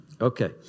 Okay